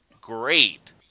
great